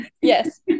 Yes